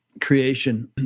creation